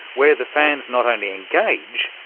where the fans not only engage,